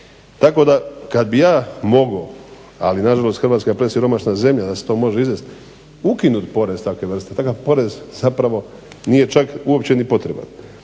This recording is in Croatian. Tako da kad bih ja mogao, ali nažalost Hrvatska je presiromašna zemlja da se to može izvesti, ukinut porez takve vrste, takav porez zapravo nije čak uopće ni potreban.